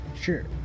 Sure